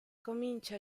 comincia